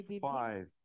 five